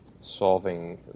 solving